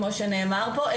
כמו שנאמר פה,